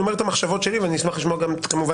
אני אומר את המחשבות שלי ואני אשמח לשמוע את המציע.